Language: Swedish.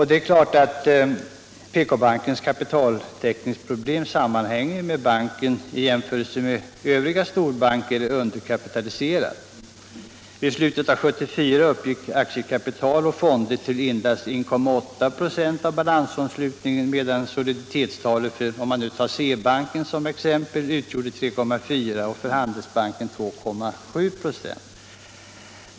Det är klart att PK-bankens kapitaltäckningsproblem sammanhänger med att banken i jämförelse med övriga storbanker är underkapitaliserad. Vid slutet av 1974 uppgick aktiekapital och fonder till endast 1,8 26 av balansomslutningen medan soliditetstalen t.ex. för SE-banken utgjorde 3,4 26 och för Handelsbanken 2,7 26.